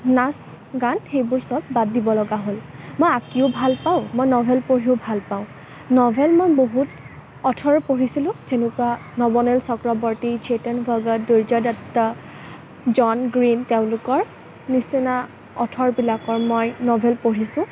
নাচ গান সেইবোৰ সব বাদ দিব লগা হ'ল মই আঁকিও ভাল পাওঁ মই ন'ভেল পঢ়িও ভাল পাওঁ ন'ভেল মই বহুত অউথৰৰ পঢ়িছিলোঁ যেনেকুৱা নৱনীল চক্ৰৱৰ্তী চেতন ভগত দুৰ্জয় দত্ত জন গ্ৰীণ তেওঁলোকৰ নিচিনা অউথৰবিলাকৰ মই ন'ভেল পঢ়িছোঁ